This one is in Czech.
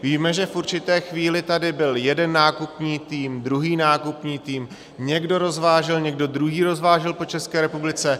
Víme, že v určité chvíli tady byl jeden nákupní tým, druhý nákupní tým, někdo rozvážel, někdo druhý rozvážel po České republice.